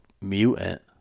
mutant